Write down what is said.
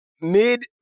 mid